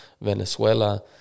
Venezuela